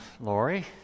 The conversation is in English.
Lori